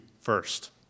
first